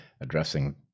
addressing